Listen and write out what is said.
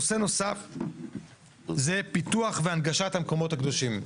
נושא נוסף זה פיתוח והנגשת המקומות הקדושים.